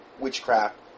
witchcraft